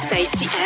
Safety